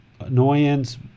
annoyance